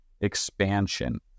expansion